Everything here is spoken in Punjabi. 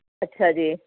ਅੱਛਾ ਜੀ